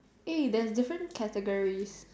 there's different categories